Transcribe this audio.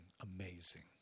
amazing